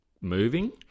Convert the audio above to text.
moving